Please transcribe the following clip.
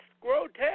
grotesque